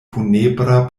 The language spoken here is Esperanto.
funebra